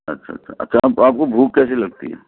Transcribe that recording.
اچھا اچھا اچھا آپ آپ کو بُھوک کیسی لگتی ہے